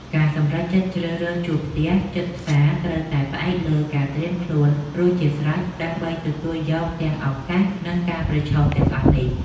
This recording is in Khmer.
ការសម្រេចចិត្តជ្រើសរើសជួលផ្ទះជិតផ្សារត្រូវតែផ្អែកលើការត្រៀមខ្លួនរួចជាស្រេចដើម្បីទទួលយកទាំងឱកាសនិងការប្រឈមទាំងអស់នេះ។